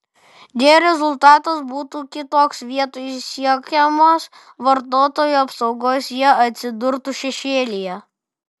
deja rezultatas būtų kitoks vietoj siekiamos vartotojų apsaugos jie atsidurtų šešėlyje